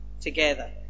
together